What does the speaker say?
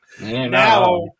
Now